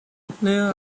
there